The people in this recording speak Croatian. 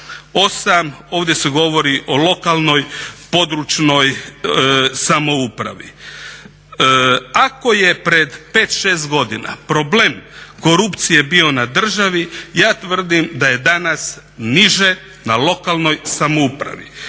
8 ovdje se govori o lokalnoj, područnoj samoupravi. ako je pred 5, 6 godina problem korupcije bio na državi ja tvrdim da je danas niže na lokalnoj samoupravi.